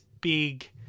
big